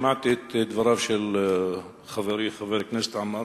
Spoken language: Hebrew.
אני שמעתי את דבריו של חברי חבר הכנסת עמאר,